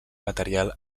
material